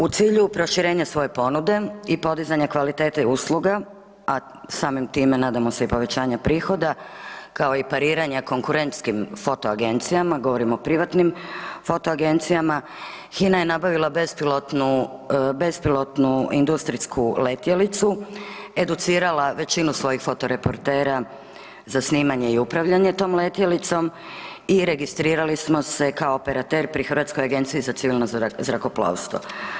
U cilju proširenja svoje ponude i podizanja kvalitete usluga, a samim time, nadamo se i povećanje prihoda, kao i pariranja konkurentskim foto agencijama, govorim o privatnim foto agencijama, HINA je nabavila bespilotnu industrijsku letjelicu, educirala većinu svojih foto reportera za snimanje i upravljanje tom letjelicom i registrirali smo se kao operater pri Hrvatskoj agenciji za civilno zrakoplovstvo.